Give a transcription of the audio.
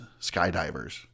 skydivers